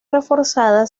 reforzada